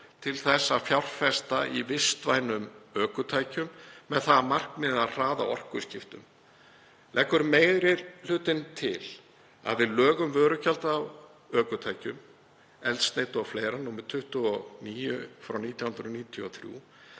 til þess að fjárfesta í vistvænum ökutækjum með það að markmiði að hraða orkuskiptunum. Leggur meiri hlutinn til að við lög um vörugjald af ökutækjum, eldsneyti o.fl., nr. 29/1993,